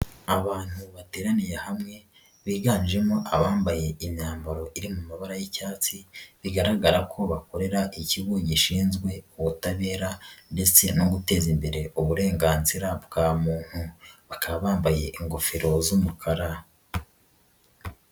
Abantu bateraniye hamwe, biganjemo abambaye imyambaro iri mu mabara y'icyatsi, bigaragara ko bakorera ikigo gishinzwe ubutabera ndetse no guteza imbere uburenganzira bwa muntu, bakaba bambaye ingofero z'umukara.